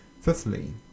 Fifthly